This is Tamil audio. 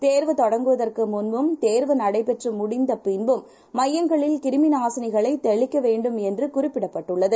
தேர்வுதொடங்குவதற்குமுன்பும் தேர்வுநடைபெற்றுமுடிந்தபின்பும்மையங்களில்கிருமிநாசினிகளைதெளிக்கவேண் டும்என்றும்குறிப்பிடப்பட்டுள்ளது